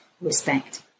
respect